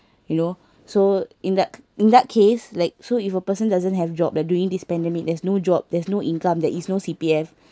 you know so in that in that case like so if a person doesn't have job like during this pandemic there's no job there's no income there is no C_P_F